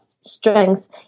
strengths